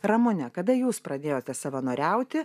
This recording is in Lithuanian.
ramune kada jūs pradėjote savanoriauti